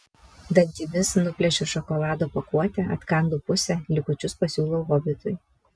dantimis nuplėšiu šokolado pakuotę atkandu pusę likučius pasiūlau hobitui